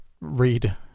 read